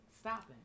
Stopping